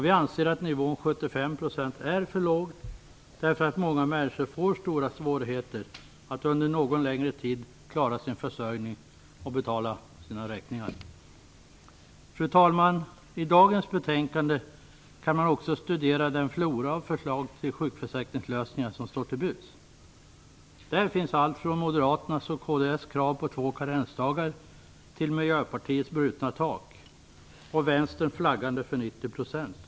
Vi anser att nivån 75 % är för låg, eftersom många människor får stora svårigheter att under någon längre tid klara sin försörjning och betala sina räkningar. Fru talman! I dagens betänkande kan man också studera den flora av förslag till sjukförsäkringslösningar som står till buds. Där finns allt från Moderaternas och kds krav på två karensdagar till Miljöpartiets brutna tak och Vänsterns flaggande för en nivå på 90 %.